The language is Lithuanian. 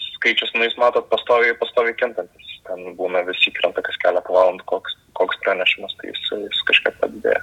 skaičius nu jis matot pastoviai pastoviai kintantis ten būna vis įkrenta kas keletą valandų koks koks pranešimas tai jis jis kažkiek padidėja